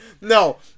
no